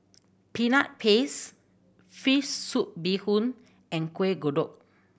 Peanut Paste fish soup bee hoon and Kueh Kodok